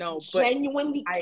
genuinely